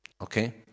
Okay